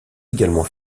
également